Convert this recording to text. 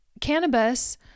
cannabis